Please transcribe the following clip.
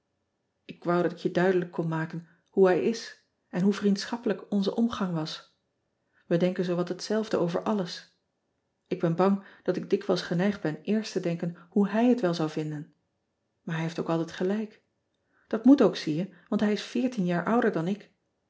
k wou dat ik je duidelijk kon maken hoe hij is en hoe vriendschappelijk onze omgang was e denken zoowat hetzelfde over alles k ben bang dat ik dikwijls geneigd ben eerst te denken hoe hij het wel zou vinden aar hij heeft ook altijd gelijk at moet ook zie je want hij is veertien jaar ouder dan ik